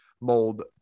mold